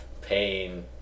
pain